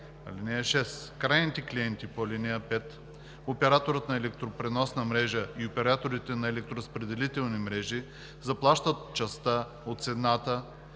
„(6) Крайните клиенти по ал. 5, операторът на електропреносната мрежа и операторите на електоразпределителните мрежи заплащат частта от цената